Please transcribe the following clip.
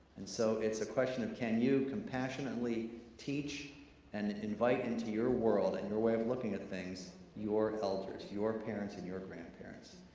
and so it's a question of can you compassionately teach and invite into your world and your way of looking at things your elders, your parents and your grandparents?